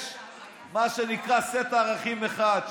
יש מה שנקרא סט ערכים אחד,